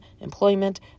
employment